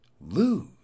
Lose